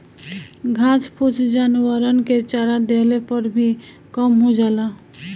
घास फूस जानवरन के चरा देहले पर भी कम हो जाला